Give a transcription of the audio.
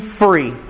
free